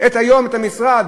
היום את המשרד